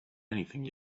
anything